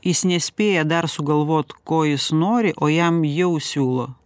jis nespėja dar sugalvot ko jis nori o jam jau siūlo